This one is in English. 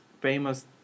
famous